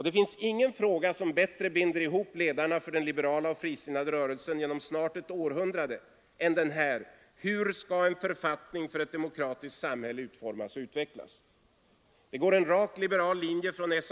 Det finns ingen fråga som bättre binder ihop ledarna för den liberala och frisinnade rörelsen genom snart ett århundrade än den här: Hur skall en författning för ett demokratiskt samhälle utformas och utvecklas? Det går en rak liberal linje från S.